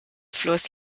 floss